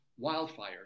wildfires